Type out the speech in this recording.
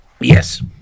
Yes